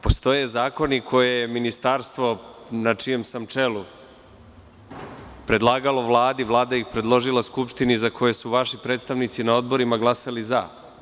Postoje zakoni koje je Ministarstvo na čijem sam čelu predlagalo Vladi, Vlada ih predložila Skupštini, za koje su vaši predstavnici na odborima glasali za.